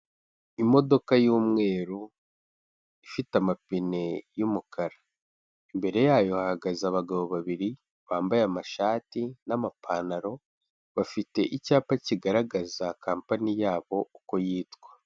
Imodoka y''umweru ifite amapine y'umukara, imbere yayo hahagaze abagabo babiri bambaye amashati n'amapantaro, bafite icyapa kigaragaza kampani yabo uko yitwa.